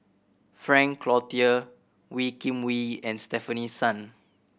Frank Cloutier Wee Kim Wee and Stefanie Sun